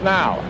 now